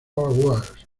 wars